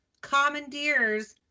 commandeers